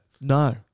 No